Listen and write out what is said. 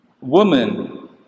woman